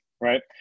right